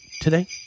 today